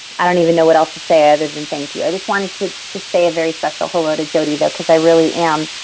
i don't even know what else to say other than thank you. i just wanted to to say very special hello to jodi though because i really am.